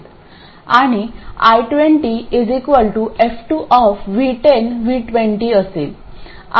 आणि I20 f2V10 V20असेल